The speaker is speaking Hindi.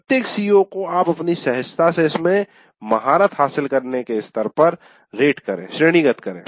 प्रत्येक CO को आप अपनी सहजता से इसमें महारत हासिल करने के स्तर पर रेट करें श्रेणीगत करे